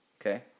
Okay